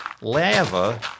Lava